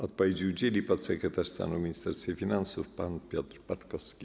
Odpowiedzi udzieli podsekretarz stanu w Ministerstwie Finansów pan Piotr Patkowski.